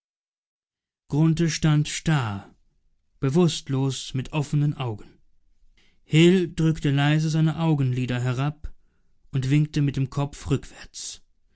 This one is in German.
stand starr bewußtlos mit offenen augen hil drückte leise seine augenlider herab und winkte mit dem kopf rückwärts